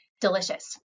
delicious